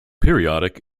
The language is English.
periodic